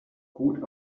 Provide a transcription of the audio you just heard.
gut